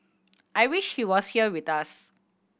I wish he was here with us